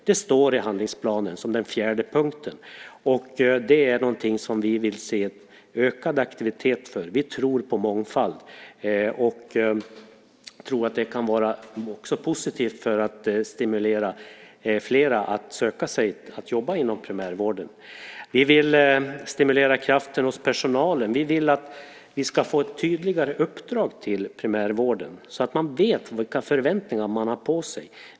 Det står i handlingsplanen som den fjärde punkten. Det är någonting som vi vill se ökad aktivitet kring. Vi tror på mångfald, och vi tror att det kan vara positivt för att stimulera flera att söka sig att jobba inom primärvården. Vi vill stimulera krafter hos personalen. Vi vill få ett tydligare uppdrag till primärvården så att man vet vilka förväntningar man har på sig.